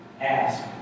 ask